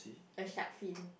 a shark fin